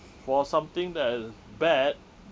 for something that is bad